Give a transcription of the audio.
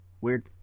Weird